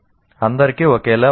అందరికీ ఒకేలా ఉందా